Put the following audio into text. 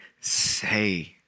say